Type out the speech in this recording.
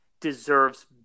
deserves